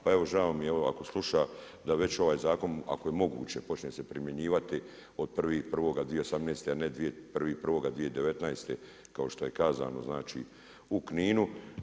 Pa evo žao mi je ovo ako sluša da već ovaj zakon ako je moguće počne se primjenjivati od 1.1.2018. a ne 1.1.2019. kao što je kazano znači u Kninu.